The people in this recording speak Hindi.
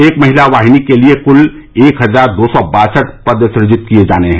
एक महिला वाहिनी के लिए कुल एक हजार दो सौ बासठ पद सृजित किये जाने है